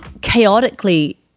chaotically